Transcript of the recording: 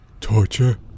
Torture